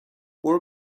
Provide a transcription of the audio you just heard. برو